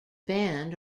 band